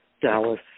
Dallas